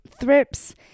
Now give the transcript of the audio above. thrips